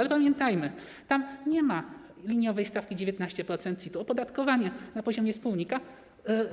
Ale pamiętajmy, że tam nie ma liniowej stawki 19% i to opodatkowanie na poziomie wspólnika